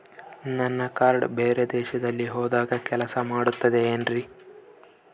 ನನ್ನ ಕಾರ್ಡ್ಸ್ ಬೇರೆ ದೇಶದಲ್ಲಿ ಹೋದಾಗ ಕೆಲಸ ಮಾಡುತ್ತದೆ ಏನ್ರಿ?